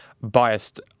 biased